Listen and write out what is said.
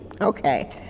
Okay